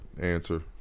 answer